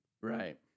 Right